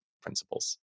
principles